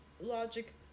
logic